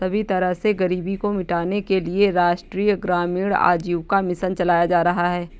सभी तरह से गरीबी को मिटाने के लिये राष्ट्रीय ग्रामीण आजीविका मिशन चलाया जा रहा है